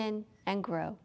in and grow